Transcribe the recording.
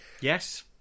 Yes